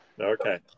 Okay